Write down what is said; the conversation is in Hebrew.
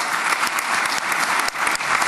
(מחיאות כפיים)